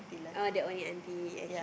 oh that one your auntie